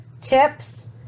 tips